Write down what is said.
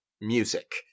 music